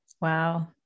Wow